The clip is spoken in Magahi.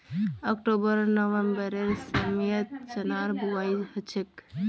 ऑक्टोबर नवंबरेर समयत चनार बुवाई हछेक